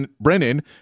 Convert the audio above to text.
Brennan